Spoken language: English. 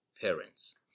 parents